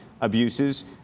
abuses